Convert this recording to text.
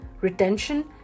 retention